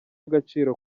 agaciro